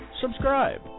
subscribe